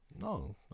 No